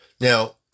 Now